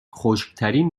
خشکترین